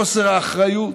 חוסר האחריות?